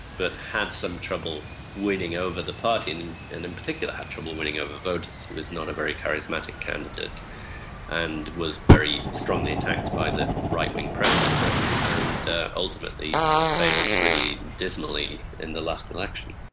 but had some trouble winning over the party, and in and in particular had trouble winning over voters. he was not a very charismatic candidate and was very strongly attacked by the right-wing press in britain, and ultimately failed pretty dismally in the last election.